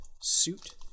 suit